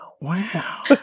Wow